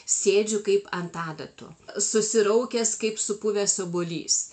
sėdžiu kaip ant adatų susiraukęs kaip supuvęs obuolys